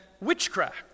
witchcraft